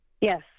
Yes